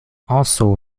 also